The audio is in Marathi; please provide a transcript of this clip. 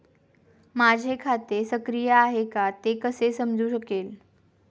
माझे खाते सक्रिय आहे का ते कसे समजू शकेल?